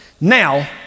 Now